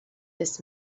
this